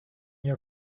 your